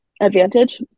advantage